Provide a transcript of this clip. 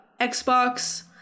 Xbox